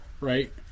right